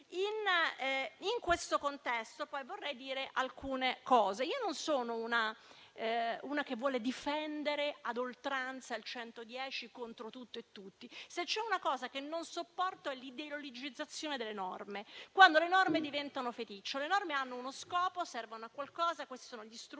In questo contesto, poi, vorrei dire alcune cose: io non sono una che vuole difendere ad oltranza il 110 per cento contro tutto e tutti. Se c'è una cosa che non sopporto è l'ideologizzazione delle norme, quando le norme diventano feticcio. Le norme hanno uno scopo, servono a qualcosa; sono strumenti,